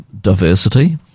diversity